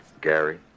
Gary